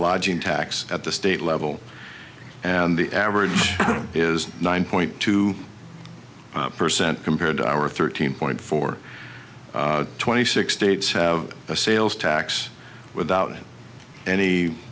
lodging tax at the state level and the average is nine point two percent compared to our thirteen point four twenty six states have a sales tax without any